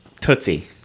Tootsie